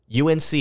UNC